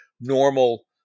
normal